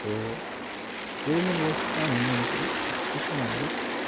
তো ট্রেনের ব্যবস্থাটা আমি মনে করি সবথেকে আমাদের